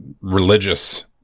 religious